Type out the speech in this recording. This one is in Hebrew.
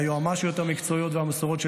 ליועמ"שיות המקצועיות והמסורות של